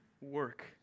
work